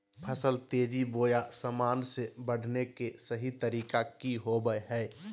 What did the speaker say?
फसल तेजी बोया सामान्य से बढने के सहि तरीका कि होवय हैय?